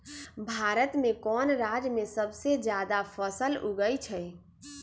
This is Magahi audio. भारत में कौन राज में सबसे जादा फसल उगई छई?